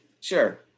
sure